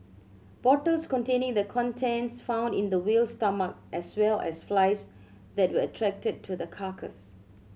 bottles containing the contents found in the whale's stomach as well as flies that were attracted to the carcass